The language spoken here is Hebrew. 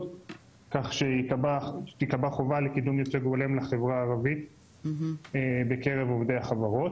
כך שתיקבע חובה לקידום ייצוג הולם לחברה הערבית בקרב עובדי החברות,